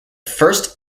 first